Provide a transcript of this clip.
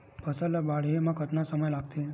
फसल ला बाढ़े मा कतना समय लगथे?